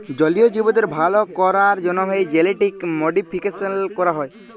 জলীয় জীবদের ভাল ক্যরার জ্যনহে জেলেটিক মডিফিকেশাল ক্যরা হয়